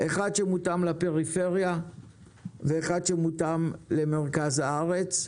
אחד שמותאם לפריפריה ואחד שמותאם למרכז הארץ.